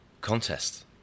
contest